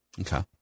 Okay